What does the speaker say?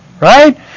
right